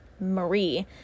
marie